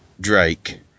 Drake